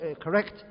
correct